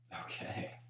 Okay